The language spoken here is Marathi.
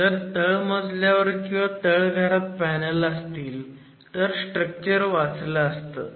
जर तळमजल्यावर किंवा तळघरात पॅनल असते तर स्ट्रक्चर वाचलं असतं